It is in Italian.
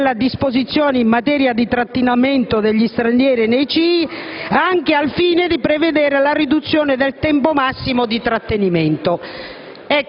della disposizione in materia di trattenimento degli stranieri nei CIE, anche al fine di prevedere la riduzione del tempo massimo di trattenimento».